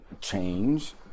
change